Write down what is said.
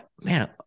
man